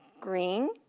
green